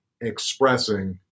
expressing